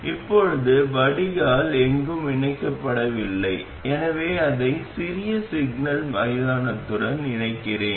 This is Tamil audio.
இப்போது வடிகால் எங்கும் இணைக்கப்படவில்லை எனவே அதை சிறிய சிக்னல் மைதானத்துடன் இணைக்கிறேன்